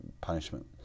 punishment